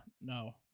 no